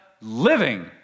living